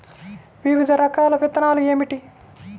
వివిధ రకాల విత్తనాలు ఏమిటి?